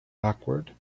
awkward